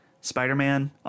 spider-man